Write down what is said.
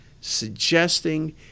suggesting